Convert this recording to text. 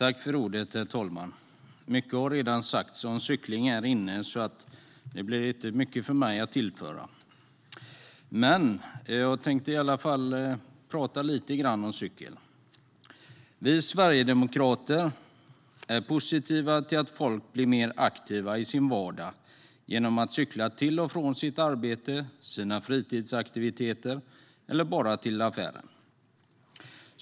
Herr talman! Mycket har redan sagts om cykling, så det blir inte mycket för mig att tillföra. Men jag tänkte i alla fall prata lite grann om cykel. Vi sverigedemokrater är positiva till att människor blir mer aktiva i sin vardag genom att cykla till och från sitt arbete och sina fritidsaktiviteter eller bara till affären.